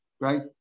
right